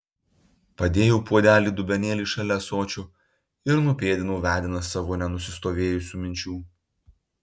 padėjau puodelį dubenėlį šalia ąsočio ir nupėdinau vedinas savo nenusistovėjusių minčių